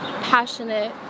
passionate